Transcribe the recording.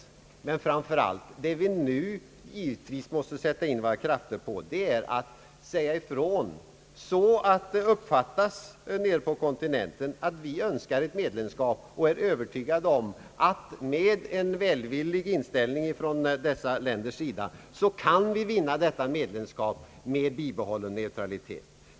Vad vi framför allt måste sätta in våra krafter på är att säga ifrån så att det uppfattas nere på kontinenten att vi önskar ett medlemskap. Jag är övertygad om att med en välvillig inställning från dessa länders sida kan vi vinna detta medlemskap med bibehållen neutralitet.